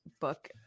book